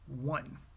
one